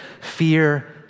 fear